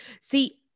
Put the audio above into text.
See